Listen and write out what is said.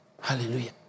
hallelujah